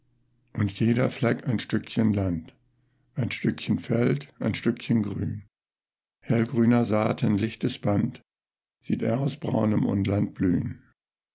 und jeder fleck ein stückchen land ein stückchen feld ein stückchen grün hellgrüner saaten lichtes band sieht er aus braunem unland blühn